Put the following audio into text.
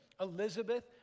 Elizabeth